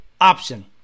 option